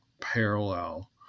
parallel